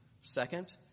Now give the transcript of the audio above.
Second